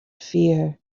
fear